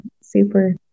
super